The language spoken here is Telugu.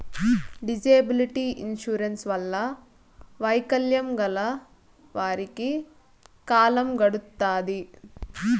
డిజేబిలిటీ ఇన్సూరెన్స్ వల్ల వైకల్యం గల వారికి కాలం గడుత్తాది